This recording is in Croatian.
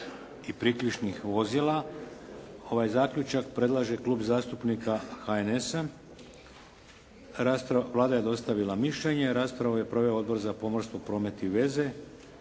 i priključnih vozila Ovaj zaključak predlaže Klub zastupnika HNS-a. Vlada je dostavila mišljenje. Raspravu je proveo Odbor za pomorstvo, promet i veze.